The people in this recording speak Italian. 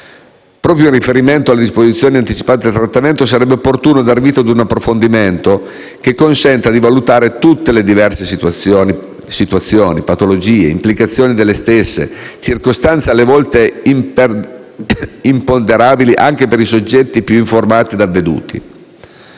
Proprio in riferimento alle disposizioni anticipate di trattamento, sarebbe opportuno dar vita a un approfondimento che consenta di valutare tutte le diverse situazioni, patologie, implicazioni delle stesse e circostanze alle volte imponderabili anche per i soggetti più informati e avveduti.